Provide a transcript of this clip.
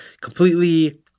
completely